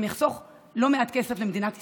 הוא גם יחסוך לא מעט כסף למדינת ישראל,